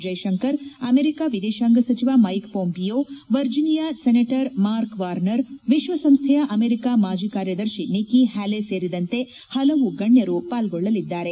Jaishankar America ವಿದೇಶಾಂಗ ಸಚಿವ Mike Pompeo Virginia senator Mark Warner ವಿಶ್ವಸಂಸ್ಥೆಯ ಅಮೆರಿಕ ಮಾಜಿ ಕಾರ್ಯದರ್ಶಿ ನಿಕಿ ಹ್ಲಾಲೆ ಸೇರಿದಂತೆ ಹಲವು ಗಣ್ಣರು ಪಾರ್ಗೊಳ್ಳಲಿದ್ದಾರೆ